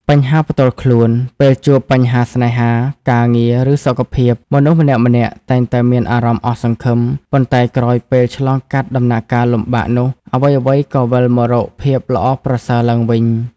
បញ្ហាផ្ទាល់ខ្លួន ពេលជួបបញ្ហាស្នេហា ការងារ ឬសុខភាព មនុស្សម្នាក់ៗតែងតែមានអារម្មណ៍អស់សង្ឃឹម ប៉ុន្តែក្រោយពេលឆ្លងកាត់ដំណាក់កាលលំបាកនោះ អ្វីៗក៏វិលមករកភាពល្អប្រសើរឡើងវិញ។